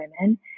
women